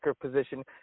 position